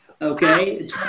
okay